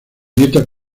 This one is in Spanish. dieta